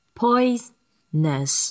poisonous